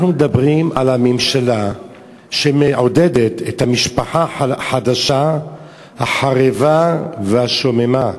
אנחנו מדברים על הממשלה שמעודדת את המשפחה החדשה החרבה והשוממה,